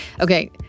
Okay